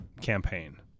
campaign